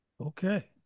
Okay